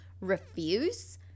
refuse